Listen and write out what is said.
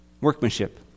workmanship